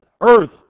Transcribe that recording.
Earth